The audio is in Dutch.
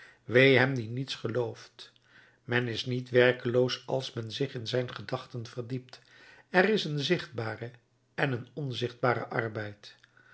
wee hem die niets gelooft men is niet werkeloos als men zich in zijn gedachten verdiept er is een zichtbare en een onzichtbare arbeid